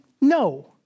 no